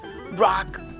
rock